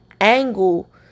angle